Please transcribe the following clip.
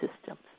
systems